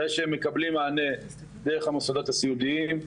הרי שהם מקבלים מענה דרך המוסדות הסיעודיים.